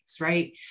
right